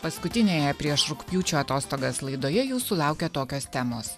paskutinėje prieš rugpjūčio atostogas laidoje jūsų laukia tokios temos